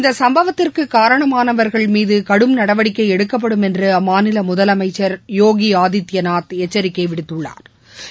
இந்த சம்பவத்துக்கு காரணமானவர்கள் மீது கடும ்நடவடிக்கை எடுக்கப்படும் என்று அம்மாநில முதலமைச்சா் யோகி ஆதித்யநாத் எச்சிக்கை விடுத்துள்ளாா்